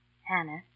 Hannah